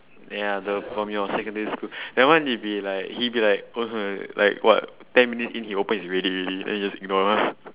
ya the from your secondary school that one like he be like like what ten minutes in he open his reddit already then he just ignore us